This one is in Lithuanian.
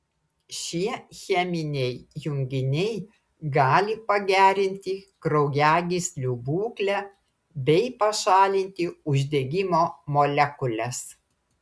šie cheminiai junginiai gali pagerinti kraujagyslių būklę bei pašalinti uždegimo molekules